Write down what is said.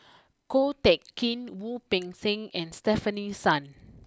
Ko Teck Kin Wu Peng Seng and Stefanie Sun